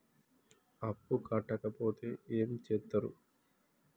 అప్పు కట్టకపోతే ఏమి చేత్తరు?